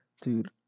dude